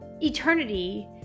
eternity